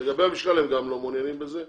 לגבי המשקל, הם גם לא מעוניינים בזה.